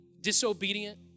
disobedient